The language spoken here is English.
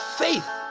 faith